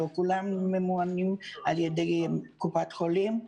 לא כולם ממומנים על ידי קופת חולים.